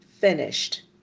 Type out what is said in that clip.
finished